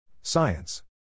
Science